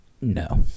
No